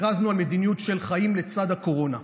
הכרזנו על מדיניות של חיים לצד הקורונה,